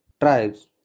Tribes